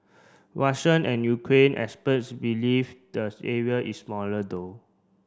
Russian and Ukraine experts believe the area is smaller though